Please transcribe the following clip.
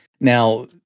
now